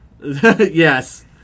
Yes